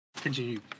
continue